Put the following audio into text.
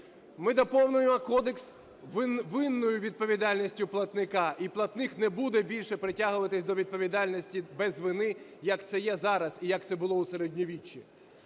Ми доповнюємо кодекс винною відповідальністю платника, і платник не буде більше притягуватись до відповідальності без вини, як це є зараз і як це було у середньовіччі.